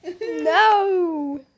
No